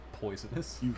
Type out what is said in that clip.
poisonous